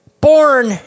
born